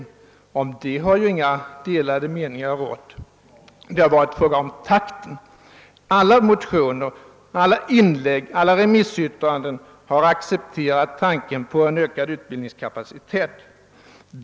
Om behovet av en ökning har det inte rått några delade meningar, utan åsiktsskillnaderna har gällt formerna. I alla motioner, i alla inlägg i debatten och i alla remissyttranden har man accepterat tanken på en ökad utbildningskapacitet.